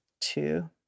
two